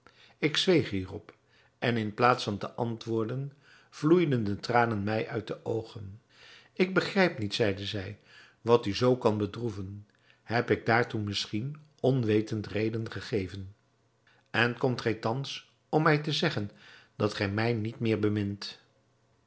ik zweeg hierop en in plaats van te antwoorden vloeiden de tranen mij uit de oogen ik begrijp niet zeide zij wat u zoo kan bedroeven heb ik daartoe misschien onwetend reden gegeven en komt gij thans hier om mij te zeggen dat gij mij niet meer bemint